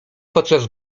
podczas